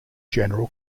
general